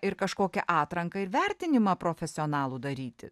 ir kažkokią atranką ir vertinimą profesionalų daryti